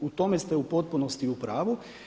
U tome ste u potpunosti u pravu.